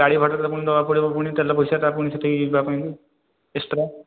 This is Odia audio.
ଗାଡ଼ି ଭଡ଼ାଟା ପୁଣି ଦେବାକୁ ପଡ଼ିବ ପୁଣି ତେଲ ପଇସାଟା ପୁଣି ସେଠିକି ଯିବା ପାଇଁ କି ଏକ୍ସଟ୍ରା